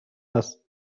است